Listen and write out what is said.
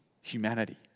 humanity